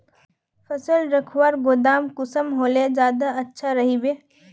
फसल रखवार गोदाम कुंसम होले ज्यादा अच्छा रहिबे?